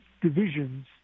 divisions